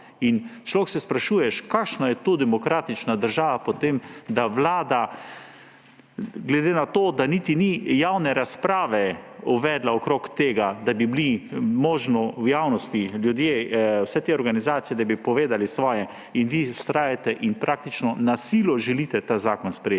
In človek se sprašuje, kakšna je to demokratična država, glede na to, da vlada niti ni javne razprave uvedla okrog tega, da bi bilo možno, da bi v javnosti ljudje, vse te organizacije povedali svoje. In vi vztrajate in praktično na silo želite ta zakon sprejeti.